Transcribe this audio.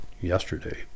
yesterday